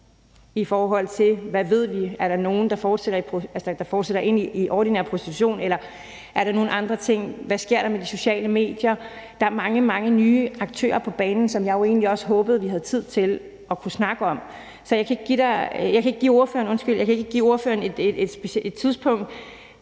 i forhold til om der er nogen, der fortsætter ind i ordinær prostitution, eller om der er nogle andre ting. Hvad sker der med de sociale medier? Der er mange, mange nye aktører på banen, som jeg jo egentlig også håbede vi havde tid til at kunne snakke om. Så jeg kan ikke give ordføreren noget tidspunkt,